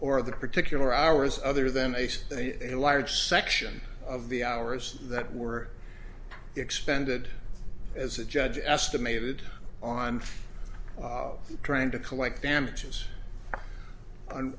or the particular hours other than ace a large section of the hours that were expended as a judge estimated on trying to collect damages and